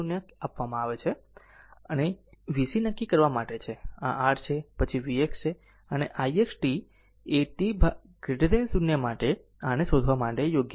0 આપવામાં આવે છે તે vc નક્કી કરવા માટે છે કે આ r છે પછી vx છે અને ix t 0 માટે આને શોધવા માટે યોગ્ય છે